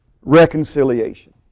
Reconciliation